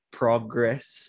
progress